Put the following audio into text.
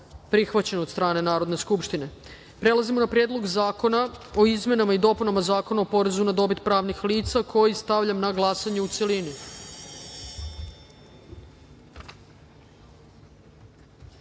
prihvaćen od strane Narodne skupštine. Prelazimo na Predlog zakona o izmenama i dopunama Zakona o porezu na dobit pravnih lica, koji stavljam na glasanje u